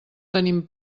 tenim